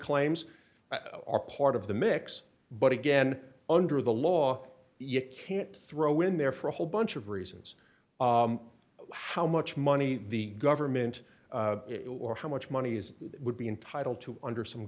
claims are part of the mix but again under the law you can't throw in there for a whole bunch of reasons how much money the government or how much money is would be entitled to under some